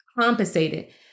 compensated